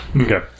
Okay